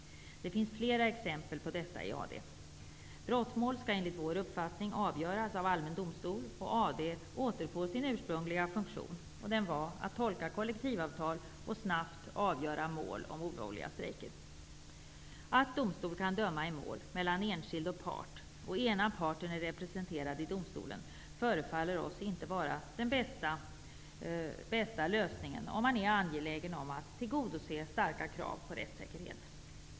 Det finns flera exempel på detta i AD. Brottmål skall enligt vår uppfattning avgöras i allmän domstol och AD skall få sin ursprungliga funktion. Den är att tolka kollektivavtal och snabbt avgöra mål om olovliga strejker. Att domstol kan döma i mål mellan enskild och part, där ena parten är representerad i domstolen, förefaller oss inte vara den bästa lösningen om man är angelägen om att tillgodose starka krav på rättssäkerhet.